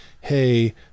hey